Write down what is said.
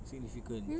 significance